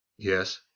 Yes